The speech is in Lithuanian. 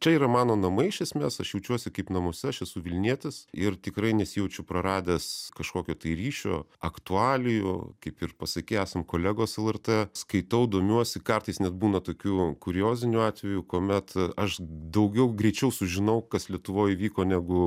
čia yra mano namai iš esmės aš jaučiuosi kaip namuose aš esu vilnietis ir tikrai nesijaučiu praradęs kažkokio tai ryšio aktualijų kaip ir pasakei esam kolegos lrt skaitau domiuosi kartais net būna tokių kuriozinių atvejų kuomet aš daugiau greičiau sužinau kas lietuvoj įvyko negu